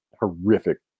horrific